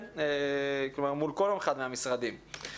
מול כל אחד מהמשרדים.